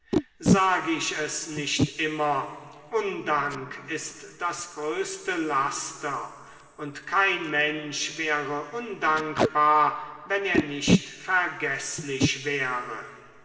sage ich es nicht immer undank ist das größte laster und kein mensch wäre undankbar wenn er nicht vergeßlich wäre